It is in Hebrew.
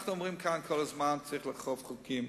אנחנו אומרים כאן כל הזמן: צריך לאכוף חוקים,